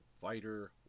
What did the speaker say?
fighter